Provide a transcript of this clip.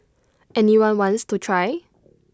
any one wants to try